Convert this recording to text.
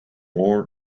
more